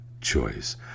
choice